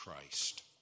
Christ